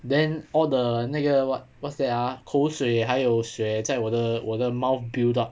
then all the 那个 what what's that ah 口水还有血在我的我的 mouth build up